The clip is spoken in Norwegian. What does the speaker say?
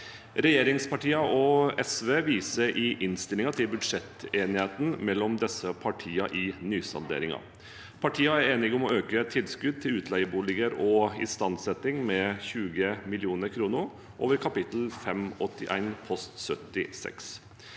Regjeringspartiene og SV viser i innstillingen til budsjettenigheten mellom disse partiene i nysalderingen. Partiene er enige om å øke tilskudd til utleieboliger og istandsetting med 20 mill. kr over kapittel 581 post 76.